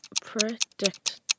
Predict